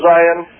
Zion